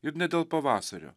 ir ne dėl pavasario